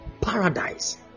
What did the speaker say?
paradise